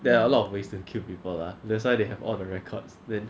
there are a lot of ways to kill people lah that's why they have all the records then